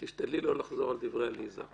תשתדלי לא לחזור על דברי עליזה.